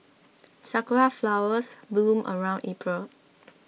sakura flowers bloom around April